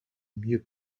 mieux